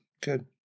Good